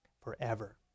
forever